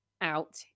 out